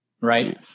right